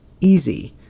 easy